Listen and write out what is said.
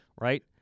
Right